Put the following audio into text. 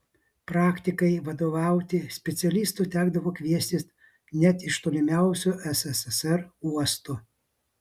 praktikai vadovauti specialistų tekdavo kviestis net iš tolimiausių sssr uostų